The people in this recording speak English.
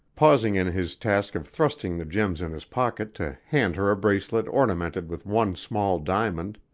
pausing in his task of thrusting the gems in his pocket to hand her a bracelet ornamented with one small diamond.